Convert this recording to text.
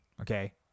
Okay